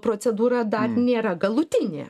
procedūra dar nėra galutinė